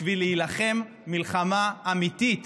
בשביל להילחם מלחמה אמיתית